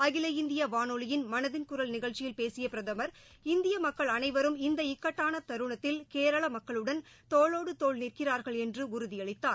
அகில இந்திய வானொலியின் மனதின் குரல் நிகழ்ச்சியில் பேசிய பிரதமர் இந்திய மக்கள் அளைவரும் இந்த இக்கட்டாண தருணத்தில் கேரள மக்களுடன் தோளொடு தோள் நிற்கிறார்கள் என்று உறுதியளித்தார்